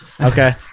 Okay